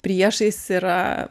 priešais yra